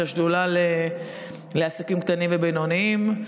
את השדולה לעסקים קטנים ובינוניים.